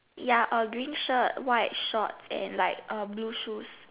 ya a green shirt white shorts and like um blue shoes